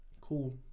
cool